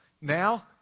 Now